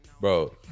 bro